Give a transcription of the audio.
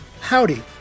Howdy